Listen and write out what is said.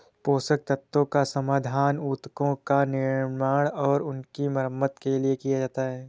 पोषक तत्वों का समाधान उत्तकों का निर्माण और उनकी मरम्मत के लिए किया जाता है